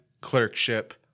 Clerkship